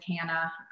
Hannah